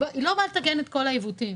היא לא באה לתקן את כל העיוותים.